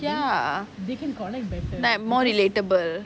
ya like more relatable